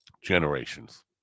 generations